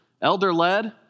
elder-led